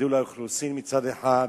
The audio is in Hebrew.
גידול האוכלוסין מצד אחד,